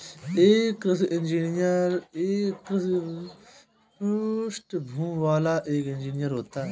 एक कृषि इंजीनियर एक कृषि पृष्ठभूमि वाला एक इंजीनियर होता है